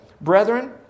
brethren